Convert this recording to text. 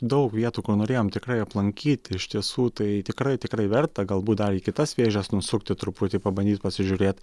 daug vietų kur norėjom tikrai aplankyt iš tiesų tai tikrai tikrai verta galbūt dar kitas vėžes nusukti truputį pabandyt pasižiūrėt